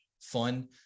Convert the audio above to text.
fun